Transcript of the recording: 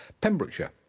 Pembrokeshire